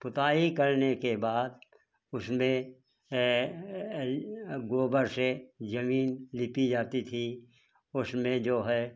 पुताई करने के बाद उसमें गोबर से जमीन लीपी जाती थी उसमें जो है